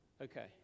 Okay